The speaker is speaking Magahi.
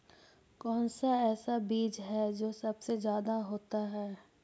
कौन सा ऐसा बीज है जो सबसे ज्यादा होता है?